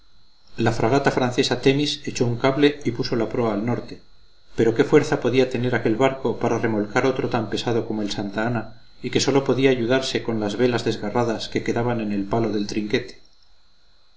la fragata francesa themis echó un cable y puso la proa al norte pero qué fuerza podía tener aquel barco para remolcar otro tan pesado como el santa ana y que sólo podía ayudarse con las velas desgarradas que quedaban en el palo del trinquete